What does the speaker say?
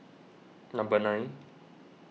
number nine